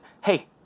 hey